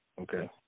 Okay